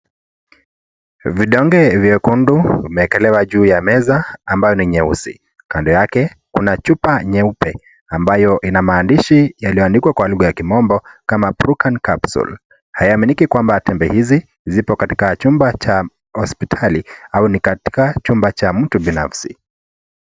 Vidonge vyekundu vimewekelewa juu ya meza ambayo ni nyeusi. Kando yake kuna chupa nyeupe ambayo ina maandishi yaliyoandikwa kwa lugha ya kimombo kama Prucan Capsule haiaminiki kwamba tembe hizi zipo katika chumba cha hospitali au ni katika chumba cha mtu binafsi.